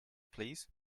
please